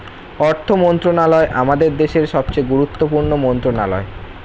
অর্থ মন্ত্রণালয় আমাদের দেশের সবচেয়ে গুরুত্বপূর্ণ মন্ত্রণালয়